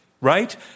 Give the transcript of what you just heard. right